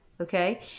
okay